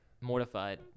mortified